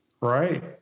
Right